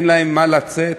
אין להם מה לתת,